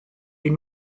est